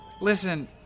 Listen